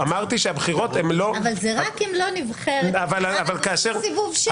אחרי שהוא מתייעץ עם הנציגים של הסיעות השונות,